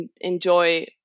enjoy